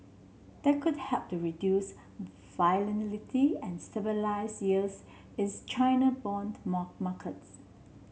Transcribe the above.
that could help to reduce volatility and stabilise yields is China bond market